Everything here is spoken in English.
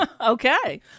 okay